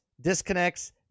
disconnects